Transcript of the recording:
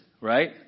right